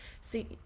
See